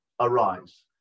arise